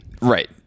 Right